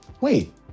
wait